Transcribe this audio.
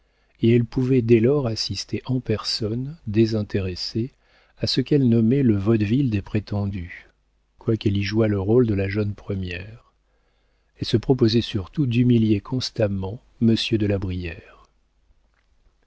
mépris elle pouvait dès lors assister en personne désintéressée à ce qu'elle nommait le vaudeville des prétendus quoiqu'elle y jouât le rôle de la jeune première elle se proposait surtout d'humilier constamment monsieur de la brière